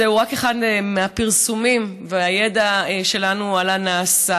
זה רק אחד מהפרסומים ומהידע שלנו על הנעשה,